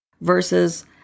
versus